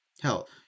Hell